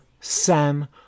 Sam